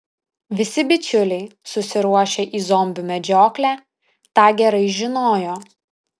visi bičiuliai susiruošę į zombių medžioklę tą gerai žinojo